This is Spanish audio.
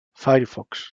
firefox